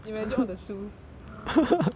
imagine all the shoes